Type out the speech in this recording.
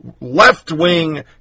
left-wing